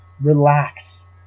Relax